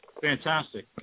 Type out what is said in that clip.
Fantastic